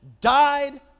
died